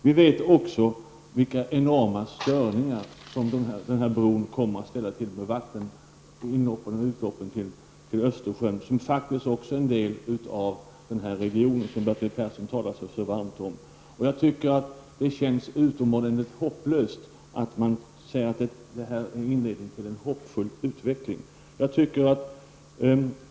Vi vet också vilka enorma störningar som bron kommer att förorsaka i vattnet i inloppen och utloppen till Östersjön, som faktiskt också är en del av den region som Bertil Persson talade så varmt för. Det känns utomordentligt hopplöst när Bertil Persson säger att detta är inledningen till en hoppfull utveckling.